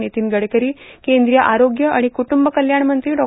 नितीन गडकरी केंद्रीय आरोग्य आणि कुटुंब कल्याण मंत्री डॉ